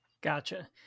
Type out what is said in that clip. gotcha